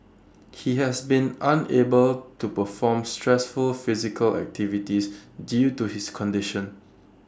he has been unable to perform stressful physical activities due to his condition